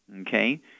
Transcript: Okay